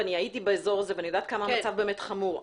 והייתי באזור הזה ויודעת עד כמה המצב באמת חמור.